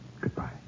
Goodbye